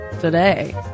today